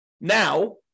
now